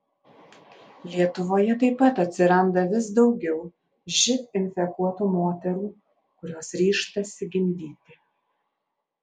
lietuvoje taip pat atsiranda vis daugiau živ infekuotų moterų kurios ryžtasi gimdyti